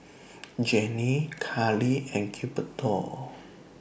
Janie Carli and Gilberto